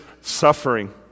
suffering